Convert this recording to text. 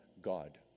God